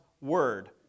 word